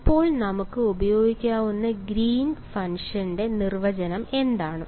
ഇപ്പോൾ നമുക്ക് ഉപയോഗിക്കാനാകുന്ന ഗ്രീൻസ് ഫംഗ്ഷന്റെ Green's function നിർവചനം എന്താണ്